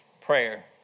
prayer